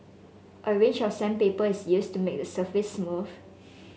a range of sandpaper is used to make the surface smooth